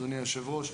אדוני היושב ראש,